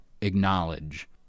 acknowledge